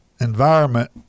environment